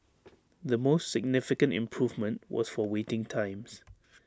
the most significant improvement was for waiting times